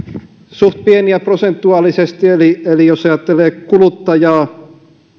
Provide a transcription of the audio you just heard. suht pieniä prosentuaalisesti eli eli jos ajattelee kuluttajaa